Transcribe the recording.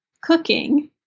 cooking